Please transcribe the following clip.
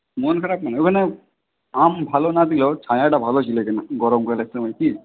মন খারাপ নয় ওখানে আম ভালো না দিলেও ছায়াটা ভালো ছিল কিনা গরমকালের সময় কি